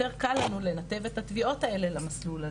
יותר קל לנו לנתב את התביעות האלה למסלול הזה.